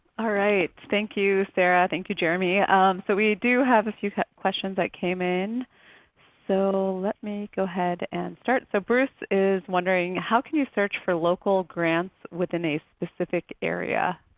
ah right, thank you sara. thank you, jeremy. so we do have a few questions that came in so let me go ahead and start. so bruce is wondering, how can you search for a local grant within a specific area?